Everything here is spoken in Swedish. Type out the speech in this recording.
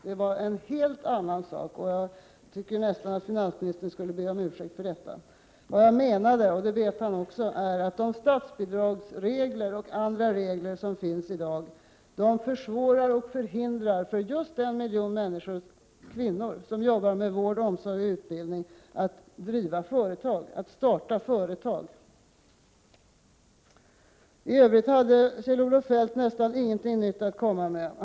Det var en helt annan sak, och jag tycker nästan att finansministern skulle be om ursäkt för detta. Vad jag menade var — och det vet han också — att de statsbidragsregler och andra regler som finns i dag försvårar och förhindrar just för den miljon kvinnor som jobbar med vård, omsorg och utbildning när det gäller att starta och driva företag. I övrigt hade Kjell-Olof Feldt nästan ingenting nytt att komma med.